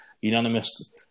unanimous